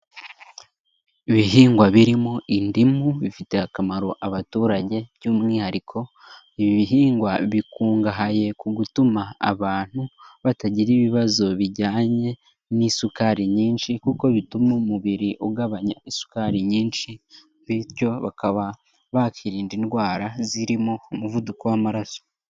Ibihingwa birimo indimu bifitiye akamaro abaturage by'umwihariko ibi bihingwa bikungahaye ku gutuma abantu batagira ibibazo bijyanye n'isukari nyinshi kuko bituma umubiri ugabanya isukari nyinshi, bityo bakaba bakirinda indwara zirimo umuvuduko w'amaraso.